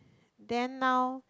then now